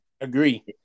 Agree